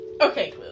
okay